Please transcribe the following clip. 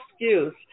excuse